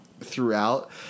Throughout